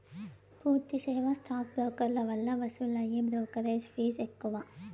పూర్తి సేవా స్టాక్ బ్రోకర్ల వల్ల వసూలయ్యే బ్రోకెరేజ్ ఫీజ్ ఎక్కువ